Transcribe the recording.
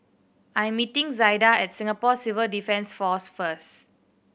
I'm meeting Zaida at Singapore Civil Defence Force first